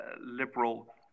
liberal